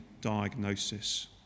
diagnosis